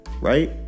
right